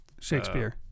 Shakespeare